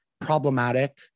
problematic